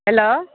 hello